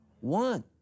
one